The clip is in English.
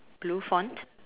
blue font